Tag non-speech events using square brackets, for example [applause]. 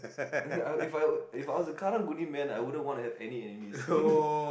as in I if I were if I was a Karang-Guni man I wouldn't want to have any enemies [laughs]